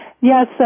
Yes